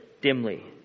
dimly